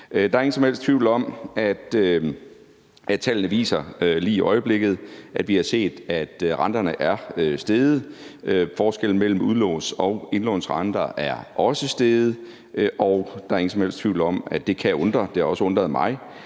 Der er ingen som helst tvivl om, at tallene lige i øjeblikket viser, at renterne er steget. Forskellen mellem udlåns- og indlånsrenter er også steget, og det kan undre og har også undret mig,